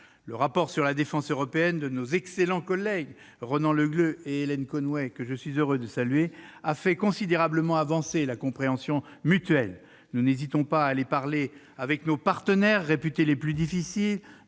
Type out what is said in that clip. Le rapport sur la défense européenne de nos excellents collègues Ronan Le Gleut et Hélène Conway-Mouret, que je salue, a fait considérablement avancer la compréhension mutuelle. Nous n'hésitons pas à aller parler avec nos partenaires réputés les plus difficiles,